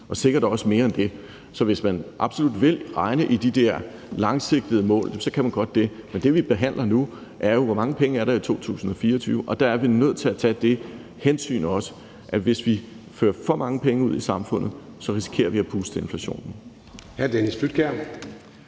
vil sikkert også være mere end det. Så hvis man absolut vil regne i de der langsigtede mål, kan man godt det, men det, vi behandler nu, er jo, hvor mange penge der er i 2024, og der er vi nødt til at tage det hensyn også, at hvis vi fører for mange penge ud i samfundet, risikerer vi at puste til inflationen.